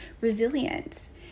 resilience